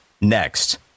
next